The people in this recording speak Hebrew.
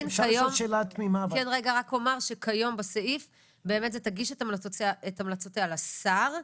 רק אומר שכיום בסעיף באמת זה תגיש את המלצותיה לשר,